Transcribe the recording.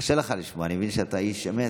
קשה לך לשמוע, אני מבין שאתה איש אמת.